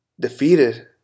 Defeated